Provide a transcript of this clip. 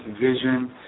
vision